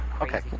Okay